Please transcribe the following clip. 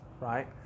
right